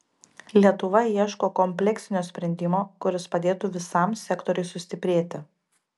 lietuva ieško kompleksinio sprendimo kuris padėtų visam sektoriui sustiprėti